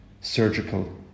surgical